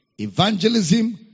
evangelism